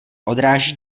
odráží